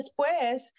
después